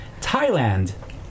Thailand